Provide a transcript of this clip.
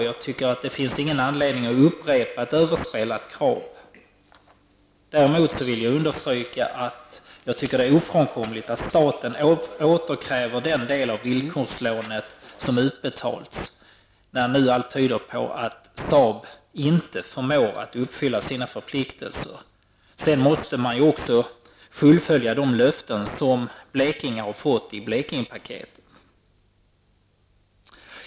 Jag ser ingen anledning att upprepa ett överspelat krav. Däremot vill jag understryka att jag anser det ofrånkomligt att staten återkräver den del av villkorslånet som har utbetalats när allt nu tyder på att Saab inte förmår att uppfylla sina förpliktelser. Man måste också uppfylla de löften som Blekinge har fått i Blekingepaketet.